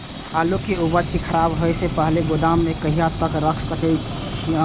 आलु के उपज के खराब होय से पहिले गोदाम में कहिया तक रख सकलिये हन?